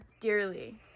dearly